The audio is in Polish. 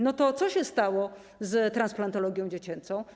No to co się stało z transplantologią dziecięcą?